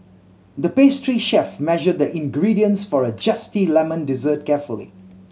the pastry chef measured the ingredients for a zesty lemon dessert carefully